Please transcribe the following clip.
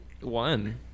one